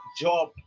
job